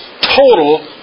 total